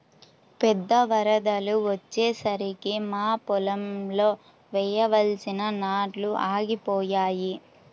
పెద్ద వరదలు వచ్చేసరికి మా పొలంలో వేయాల్సిన నాట్లు ఆగిపోయాయి